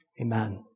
Amen